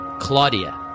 Claudia